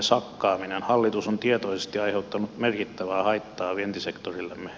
hallitus on tietoisesti aiheuttanut merkittävää haittaa vientisektorillemme